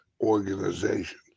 organization